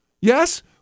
Yes